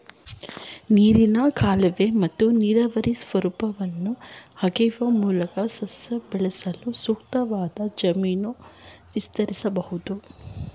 ನೀರಿನ ಕಾಲುವೆ ಮತ್ತು ನೀರಾವರಿ ಸ್ವರೂಪವನ್ನು ಅಗೆಯುವ ಮೂಲಕ ಸಸ್ಯ ಬೆಳೆಸಲು ಸೂಕ್ತವಾದ ಜಮೀನು ವಿಸ್ತರಿಸ್ಬೇಕು